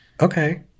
Okay